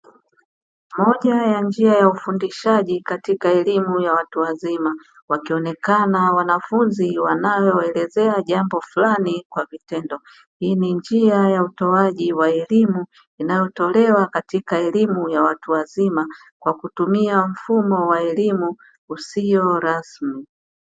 Moja ya njia ya ufundishaji katika elimu ya watu wazima wakionekana wanafunzi wanaoelezewa jambo fulani kwa vitendo. Hii ni njia ya utoaji wa elimu ya watu wazima kwa kutumia mfumo wa elimu isiyo rasmi.